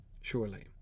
Surely